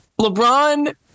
LeBron